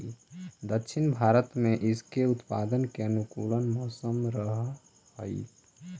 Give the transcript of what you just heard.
दक्षिण भारत में इसके उत्पादन के अनुकूल मौसम रहअ हई